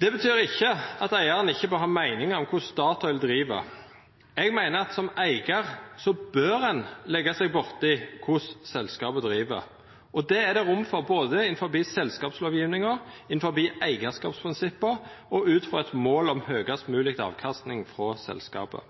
Det betyr ikkje at eigarane ikkje bør ha meiningar om korleis Statoil vert drive. Eg meiner at ein som eigar bør leggja seg borti korleis selskapet vert drive, og det er det rom for både innanfor selskapslovgjevinga, innanfor eigarskapsprinsippa og ut frå eit mål om høgast mogleg avkastning frå selskapet.